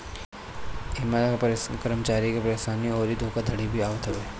इमें कर्मचारी के परेशानी अउरी धोखाधड़ी भी आवत हवे